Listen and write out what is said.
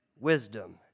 wisdom